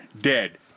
dead